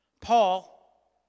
Paul